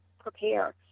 prepare